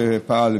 שפעל,